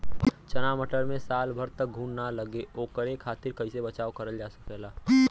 चना मटर मे साल भर तक घून ना लगे ओकरे खातीर कइसे बचाव करल जा सकेला?